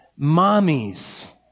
mommies